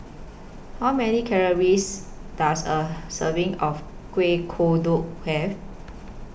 How Many Calories Does A Serving of Kueh Kodok Have